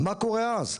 מה קורה אז?